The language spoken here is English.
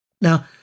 Now